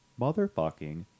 motherfucking